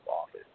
office